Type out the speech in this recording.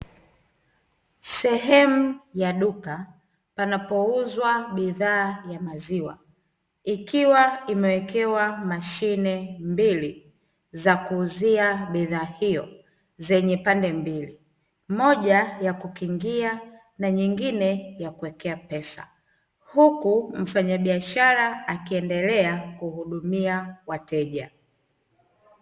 Sehemu ya duka panapouzwa bidhaa ya maziwa, ikiwa imewekewa mashine mbili za kuuzia bidhaa hio zenye pande mbili. Moja ya kukingia na nyingine ya kuwekea pesa, huku mfanyabiashara akiendelea kuhudumia wateja.